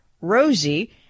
Rosie